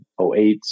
08